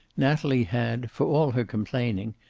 natalie had, for all her complaining,